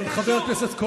סימון, תבין.